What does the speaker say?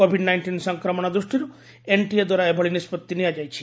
Covid nineteen ସଂକ୍ରମଣ ଦୃଷ୍ଟିର୍ NTA ଦ୍ୱାରା ଏଭଳି ନିଷ୍କଭି ନିଆଯାଇଛି